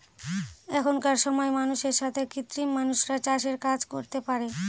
এখনকার সময় মানুষের সাথে কৃত্রিম মানুষরা চাষের কাজ করতে পারে